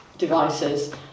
Devices